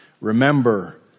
Remember